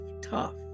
tough